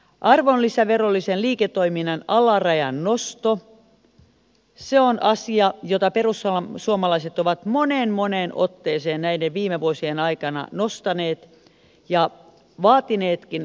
arvonlisäverollisen liiketoiminnan alarajan nosto on asia jota perussuomalaiset ovat moneen moneen otteeseen näiden viime vuosien aikana nostaneet ja vaatineetkin hallituksen toimeksi